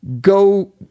go